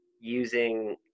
using